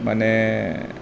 মানে